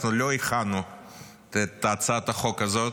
אנחנו לא הכנו את הצעת החוק הזאת,